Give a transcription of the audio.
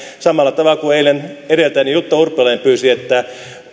samalla tavalla kuin eilen edeltäjäni jutta urpilainen pyysi että